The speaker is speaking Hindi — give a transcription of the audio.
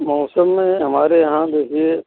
मौसम में हमारे यहाँ देखिए